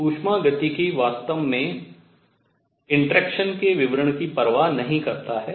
उष्मागतिकी वास्तव में अंतःक्रिया के विवरण की परवाह नहीं करता है